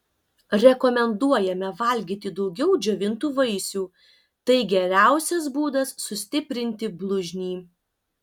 rekomenduojame valgyti daugiau džiovintų vaisių tai geriausias būdas sustiprinti blužnį